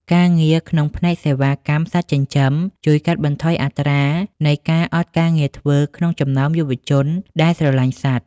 ការងារក្នុងផ្នែកសេវាកម្មសត្វចិញ្ចឹម ជួយកាត់បន្ថយអត្រានៃការអត់ការងារធ្វើក្នុងចំណោមយុវជនដែលស្រឡាញ់សត្វ។